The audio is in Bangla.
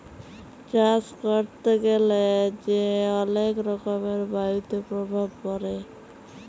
চাষ ক্যরতে গ্যালা যে অলেক রকমের বায়ুতে প্রভাব পরে